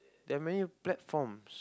there are many platforms